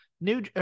new